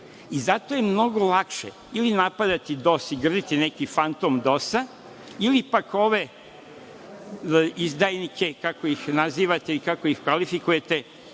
Zato je mnogo lakše ili napadati DOS i grditi neki fantom DOS, ili pak ove izdajnike, kako ih nazivate i kako ih kvalifikujete,